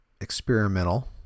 experimental